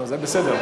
זה בסדר.